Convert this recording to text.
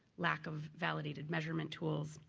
lack of validated measurement tools,